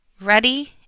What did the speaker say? ready